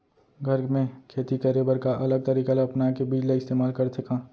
घर मे खेती करे बर का अलग तरीका ला अपना के बीज ला इस्तेमाल करथें का?